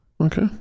Okay